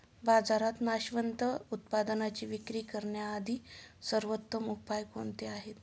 बाजारात नाशवंत उत्पादनांची विक्री करण्यासाठी सर्वोत्तम उपाय कोणते आहेत?